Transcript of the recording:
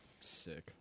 Sick